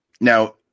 Now